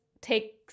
take